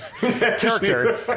character